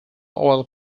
oil